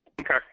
Okay